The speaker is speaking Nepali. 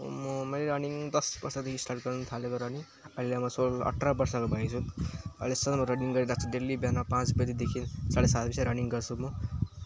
म मैले रनिङ दस वर्षदेखि स्टार्ट गर्नुथालेको रनिङ अहिले म सोल् अठाह्र वर्षको भएछु अहिलेसम्म रनिङ गरिरहेको छु डेली बिहान पाँच बजेदेखिन् साढे सात बजे चाहिं रनिङ गर्छु म